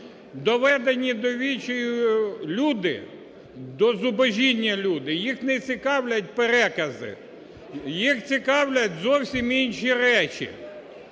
Доведені до відчаю люди, до зубожіння люди, їх не цікавлять перекази, їх цікавлять зовсім інші речі.